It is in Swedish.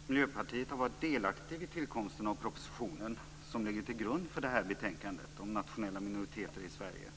Fru talman! Miljöpartiet har varit delaktigt vid tillkomsten av propositionen, som ligger till grund för betänkandet om nationella minoriteter i Sverige.